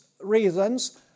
reasons